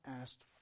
asked